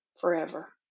forever